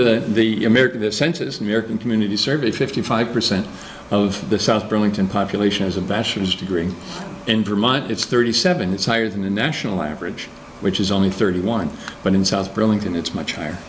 to the census american community survey fifty five percent of the south burlington population is a bachelor's degree in vermont it's thirty seven it's higher than the national average which is only thirty one but in south burlington it's much higher